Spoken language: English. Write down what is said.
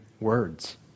words